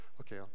Okay